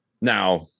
Now